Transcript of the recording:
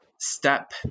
step